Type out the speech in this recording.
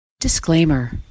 Disclaimer